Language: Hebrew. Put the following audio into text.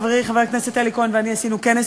חברי חבר הכנסת אלי כהן ואני עשינו כנס,